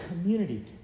community